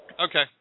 Okay